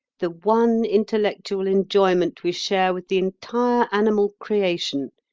the one intellectual enjoyment we share with the entire animal creation,